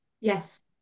yes